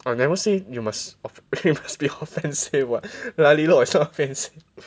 I never say you must it must be offensive [what] lah leh lor is not offensive